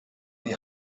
die